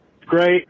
great